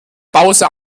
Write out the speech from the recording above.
pause